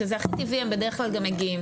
שזה הכי טבעי הם בדרך כלל גם מגיעים.